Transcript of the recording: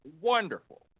wonderful